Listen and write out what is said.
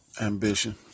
ambition